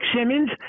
Simmons